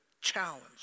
challenge